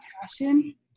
passion